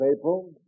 April